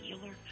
healer